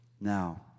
Now